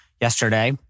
yesterday